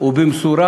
ובמשורה.